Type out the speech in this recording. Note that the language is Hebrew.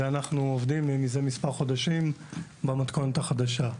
ואנחנו עובדים מזה מספר חודשים במתכונת החדשה.